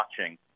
watching